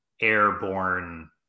airborne